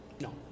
No